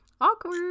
awkward